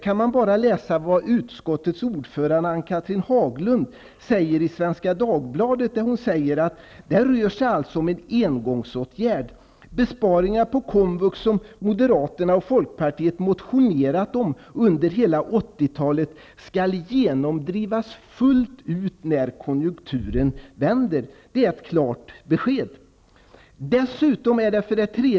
Man kan läsa vad utskottets ordförande Ann-Cathrine Haglund säger i Svenska Dagbladet. Hon säger att det alltså rör sig om en engångsåtgärd. Besparingar på komvux som Moderaterna och Folkpartiet motionerat om under hela 80-talet skall genomdrivas fullt ut när konjunkturen vänder. Det är ett klart besked.